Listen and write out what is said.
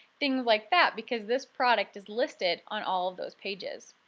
things like that because this product is listed on all those pages.